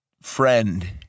friend